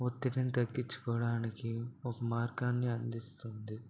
ఒత్తిడిని తగ్గించుకోవడానికి ఒక మార్గాన్ని అందిస్తుంది